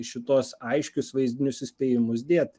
šituos aiškius vaizdinius įspėjimus dėt